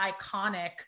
iconic